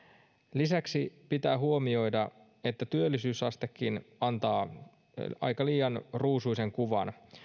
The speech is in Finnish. lisäksi pitää huomioida että työllisyysastekin antaa liian ruusuisen kuvan